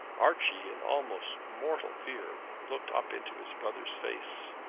archie, in almost mortal fear, looked up into his brother's face.